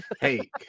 Hey